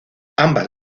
ambas